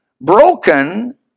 broken